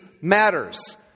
matters